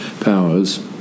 powers